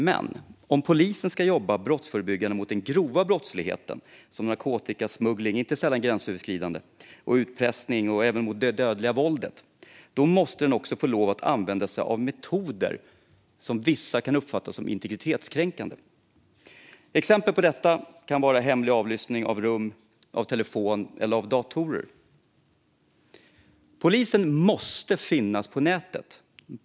Men om polisen ska jobba brottsförebyggande mot den grova brottsligheten, som narkotikasmuggling, som inte sällan är gränsöverskridande, utpressning och även det dödliga våldet, måste den också få lov att använda sig av metoder som vissa kan uppfatta som integritetskränkande. Exempel på detta kan vara hemlig avlyssning av rum, av telefon eller av datorer. Polisen måste finnas på nätet.